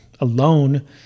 alone